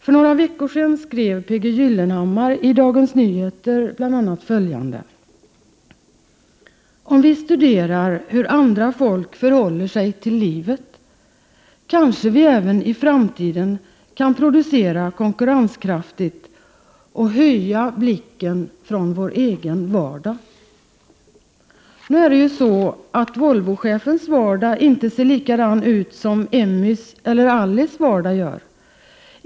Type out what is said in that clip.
För några veckor sedan skrev P. G. Gyllenhammar bl.a. följande i Dagens Nyheter: ”Om vi studerar hur andra folk förhåller sig till livet, kanske vi även i framtiden kan producera konkurrenskraftigt och höja blicken från vår egen vardag.” Nu är det ju så att Volvochefens vardag inte ser likadan ut som Emmys eller Alices vardag gör.